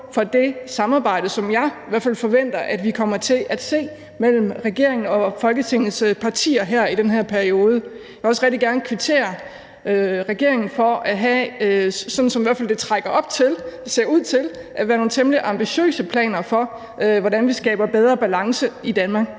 for det samarbejde, som jeg i hvert fald forventer at vi kommer til at se mellem regeringen og Folketingets partier i denne periode. Jeg vil også rigtig gerne kvittere regeringen for at have, hvad der i hvert fald ser ud til at være nogle temmelig ambitiøse planer for, hvordan vi skaber bedre balance i Danmark.